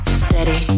steady